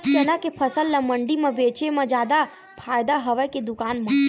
चना के फसल ल मंडी म बेचे म जादा फ़ायदा हवय के दुकान म?